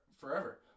forever